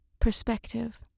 perspective